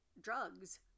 drugs